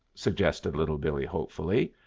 suggested little billee hopefully.